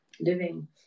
living